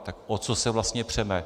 Tak o co se vlastně přeme?